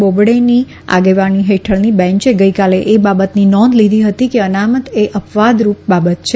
બોબડેની આગેવાની હેઠળની બેચે ગઈકાલે એ બાબતની નોંધ લીધી હતી કે અનામત એ અપવાદ રૂપ બાબત છે